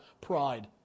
pride